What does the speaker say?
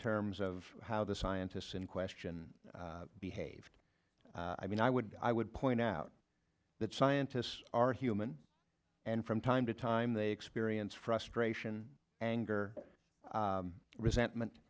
terms of how the scientists in question behaved i mean i would i would point out that scientists are human and from time to time they experience frustration anger resentment